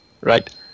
Right